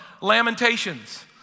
lamentations